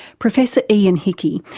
professor ian hickie,